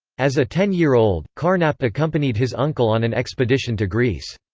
as a ten-year-old, carnap accompanied his uncle on an expedition to greece.